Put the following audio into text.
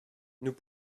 nous